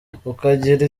ukagira